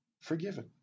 forgiven